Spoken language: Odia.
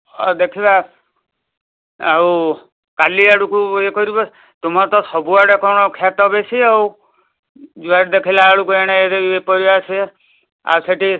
ହଉ ଦେଖିବା ଆଉ କାଲି ଆଡ଼କୁ ଇଏ କରିବେ ତୁମର ତ ସବୁଆଡ଼େ କଣ ଖ୍ୟାତ ବେଶି ଆଉ ଯୁଆଡ଼େ ଦେଖିଲାବେଳକୁ ଏଣେ ଇଏ ପଇଲା ସିଏ ଆ ସେଠି